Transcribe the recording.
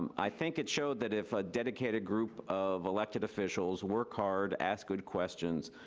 um i think it showed that if a dedicated group of elected officials work hard, ask good questions,